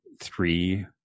three